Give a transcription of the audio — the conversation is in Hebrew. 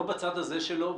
לא בצד הזה שלו,